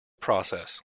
process